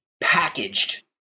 packaged